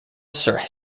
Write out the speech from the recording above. sir